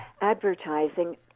advertising